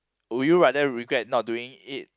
would you rather regret not doing it